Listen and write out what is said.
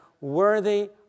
worthy